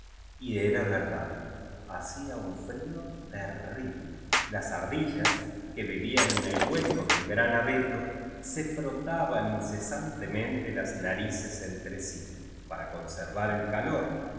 y era verdad hacía un frío terrible las ardillas que vi vían en el hueco del gran abeto ae frotaban incesantemente las narices entre sí para conservar el calor